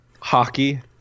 hockey